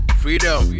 freedom